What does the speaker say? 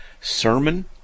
sermon